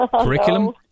curriculum